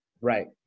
Right